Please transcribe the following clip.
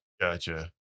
Gotcha